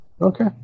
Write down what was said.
Okay